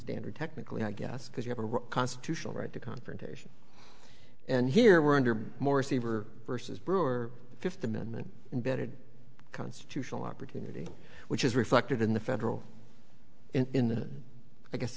standard technically i guess because you have a constitutional right to confrontation and here we're under more saber versus breuer fifth amendment imbedded constitutional opportunity which is reflected in the federal in the i guess